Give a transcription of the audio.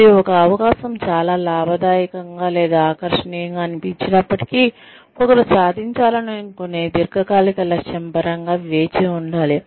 మరియు ఒక అవకాశం చాలా లాభదాయకంగా లేదా చాలా ఆకర్షణీయంగా అనిపించినప్పటికీ ఒకరు సాధించాలనుకునే దీర్ఘకాలిక లక్ష్యం పరంగా వేచి ఉండాలి